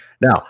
Now